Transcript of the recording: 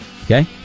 Okay